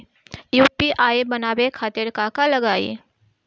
UPI बनावे खातिर का का लगाई?